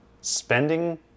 spending